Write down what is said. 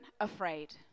afraid